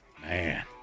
man